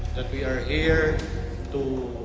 that we are here to